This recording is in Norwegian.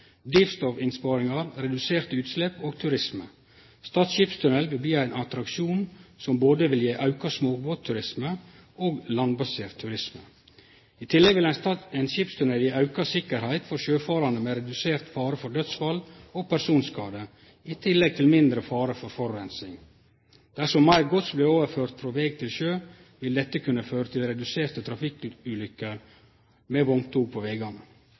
drivstoffinnsparingar, reduserte utslepp og turisme. Stad skipstunnel vil bli ein attraksjon som både vil gje auka småbåtturisme og landbasert turisme. I tillegg vil ein skipstunnel gje auka sikkerheit for sjøfarande, med redusert fare for dødsfall og personskadar, i tillegg til mindre fare for forureining. Dersom meir gods blir overført frå veg til sjø, vil dette kunne føre til reduserte trafikkulykker med vogntog på